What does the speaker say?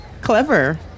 clever